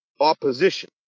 opposition